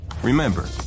Remember